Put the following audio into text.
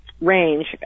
range